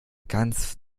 ganz